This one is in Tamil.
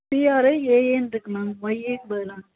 பி ஆர் ஐ ஏ ஏன் ருக்கு மேம் ஒய் ஏ க்கு பதிலாக